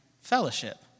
fellowship